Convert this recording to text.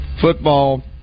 football